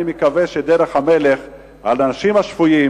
אני מקווה שדרך המלך היא שהאנשים השפויים